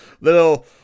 little